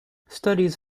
studies